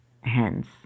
hence